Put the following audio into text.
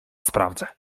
sprawdzę